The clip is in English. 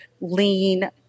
lean